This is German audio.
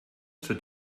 zur